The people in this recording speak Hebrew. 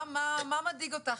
מה מדאיג אותך,